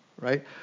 Right